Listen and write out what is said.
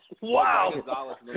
Wow